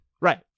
Right